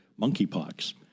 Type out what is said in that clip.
monkeypox